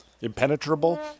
Impenetrable